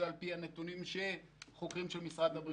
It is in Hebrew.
זה על פי הנתונים של חוקרי משרד הבריאות.